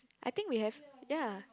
I think we have ya